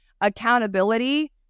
accountability